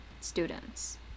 students